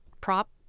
prop